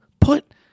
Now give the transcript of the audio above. put